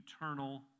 eternal